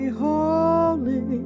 holy